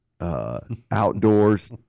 outdoors